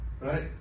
Right